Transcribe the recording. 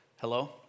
Hello